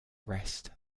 rest